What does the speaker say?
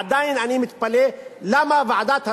עדיין אני מתפלא למה ועדת השרים,